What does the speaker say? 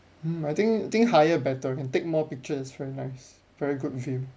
hmm I think think higher better can take more pictures very nice very good view